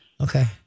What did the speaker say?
okay